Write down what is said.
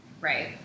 Right